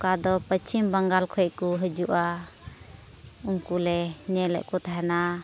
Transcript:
ᱚᱠᱟ ᱫᱚ ᱯᱚᱥᱪᱷᱤᱢ ᱵᱟᱝᱞᱟ ᱠᱷᱚᱱ ᱠᱚ ᱦᱤᱡᱩᱜᱼᱟ ᱩᱱᱠᱩ ᱞᱮ ᱧᱮᱞᱮᱫ ᱠᱚ ᱛᱟᱦᱮᱱᱟ